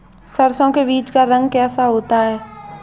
सरसों के बीज का रंग कैसा होता है?